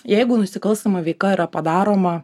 jeigu nusikalstama veika yra padaroma